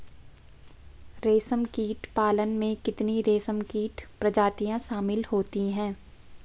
रेशमकीट पालन में कितनी रेशमकीट प्रजातियां शामिल होती हैं?